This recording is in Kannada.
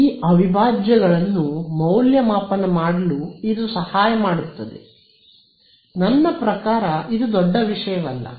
ಈ ಅವಿಭಾಜ್ಯಗಳನ್ನು ಮೌಲ್ಯಮಾಪನ ಮಾಡಲು ಇದು ಸಹಾಯ ಮಾಡುತ್ತದೆ ನನ್ನ ಪ್ರಕಾರ ಇದು ದೊಡ್ಡ ವಿಷಯವಲ್ಲ